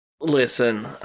Listen